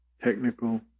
technical